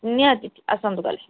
ନିହାତି ଆସନ୍ତୁ କାଲି